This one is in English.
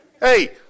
Hey